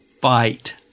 fight